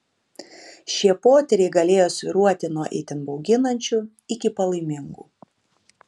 šie potyriai galėjo svyruoti nuo itin bauginančių iki palaimingų